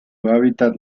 hábitat